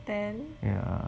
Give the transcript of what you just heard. ten